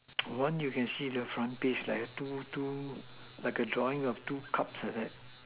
one you can see the front page like two two like the drawing of two cups like that